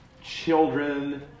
children